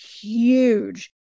huge